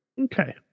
Okay